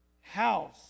House